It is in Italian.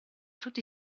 tutti